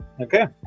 okay